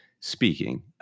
speaking